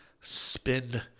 spin